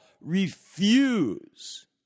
refuse